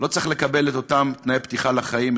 לא צריך לקבל את אותם תנאי פתיחה לחיים,